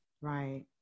Right